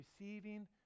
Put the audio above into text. receiving